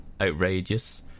outrageous